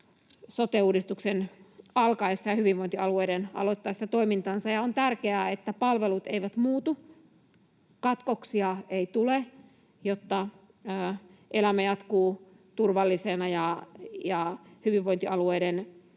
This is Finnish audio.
sote-uudistuksen alkaessa ja hyvinvointialueiden aloittaessa toimintansa. On tärkeää, että palvelut eivät muutu, katkoksia ei tule, jotta elämä jatkuu turvallisena ja hyvinvointialueiden